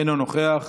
אינו נוכח.